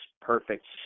perfect